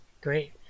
Great